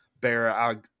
Bear